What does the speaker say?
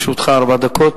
לרשותך ארבע דקות.